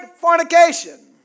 fornication